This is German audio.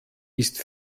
ist